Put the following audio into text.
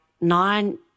nine